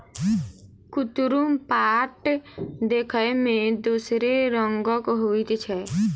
कुतरुम पाट देखय मे दोसरे रंगक होइत छै